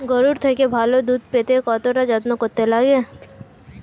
গরুর থেকে ভালো দুধ পেতে কতটা যত্ন করতে লাগে